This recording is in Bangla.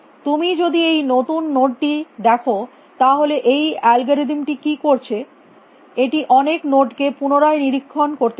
তুমি যদি এই নতুন নোড টি দেখো তাহলে এই অ্যালগরিদমটি কী করছে এটি অনেক নোড কে পুনরায় নিরীক্ষণ করতে চলেছে